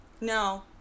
No